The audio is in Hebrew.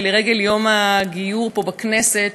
לרגל יום הגיור פה בכנסת,